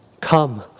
come